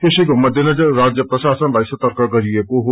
यसैको मध्यनजर राज्य प्रशासनलाई सर्तक गरिएको छ